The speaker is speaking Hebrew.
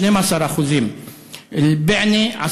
12%; בענה,